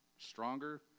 stronger